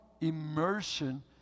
immersion